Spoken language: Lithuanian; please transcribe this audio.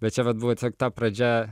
bet čia vat buvo tiesiog ta pradžia